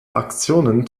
aktionen